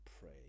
pray